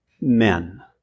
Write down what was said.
men